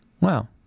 Wow